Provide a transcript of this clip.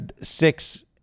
Six